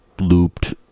looped